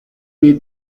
need